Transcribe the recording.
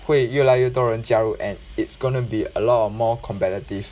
会越来越多人加入 and it's gonna be a lot of more competitive